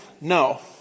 No